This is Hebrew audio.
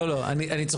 לא, לא, אני צוחק.